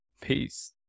peace